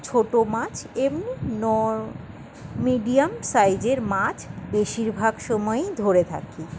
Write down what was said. ছোটো মাছ এমনি মিডিয়াম সাইজের মাছ বেশিরভাগ সময়েই ধরে থাকি